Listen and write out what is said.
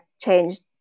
changed